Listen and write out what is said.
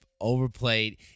overplayed